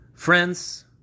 Friends